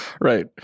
right